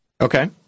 Okay